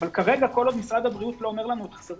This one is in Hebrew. כל עוד משרד הבריאות לא אומר לנו לחזור